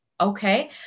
okay